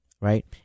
Right